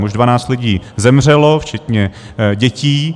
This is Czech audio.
Už dvanáct lidí zemřelo, včetně dětí.